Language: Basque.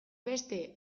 beste